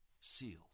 sealed